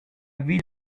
ville